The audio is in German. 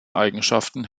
eigenschaften